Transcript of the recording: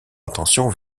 attention